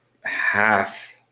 half